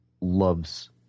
loves